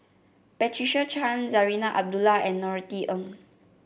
Patricia Chan Zarinah Abdullah and Norothy Ng